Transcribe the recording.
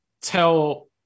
tell